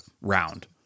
round